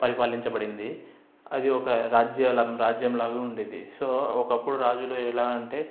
పరిపాలించబడింది అది ఒక రాజ్యాలం రాజ్యం లాగా ఉండేది సో ఒకప్పుడు రాజులు ఎలా అంటే